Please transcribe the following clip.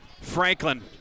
Franklin